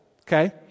Okay